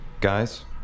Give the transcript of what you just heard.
Guys